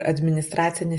administracinis